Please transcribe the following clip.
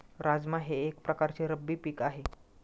राजमा हे एक प्रकारचे रब्बी पीक आहे